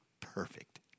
perfect